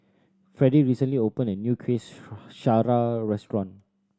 Freddie recently opened a new kuih syara restaurant